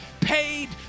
paid